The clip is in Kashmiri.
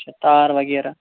اچھا تار وغیرہ